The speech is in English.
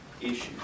issue